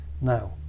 Now